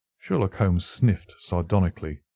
sherlock holmes sniffed sardonically.